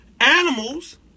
animals